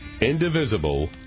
indivisible